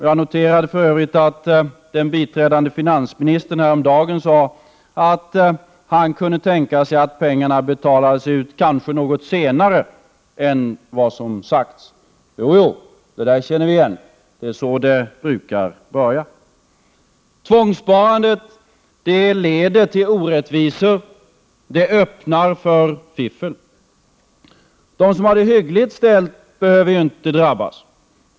Jag noterade för övrigt att den biträdande finansministern häromdagen sade att han kunde tänka sig att pengarna betalades ut kanske något senare än vad som sagts. Jo, jo. Det känner vi igen. Det är så det brukar börja. Tvångssparandet leder till orättvisor och öppnar för fiffel. De som har det hyggligt ställt behöver inte drabbas.